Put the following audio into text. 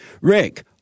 Rick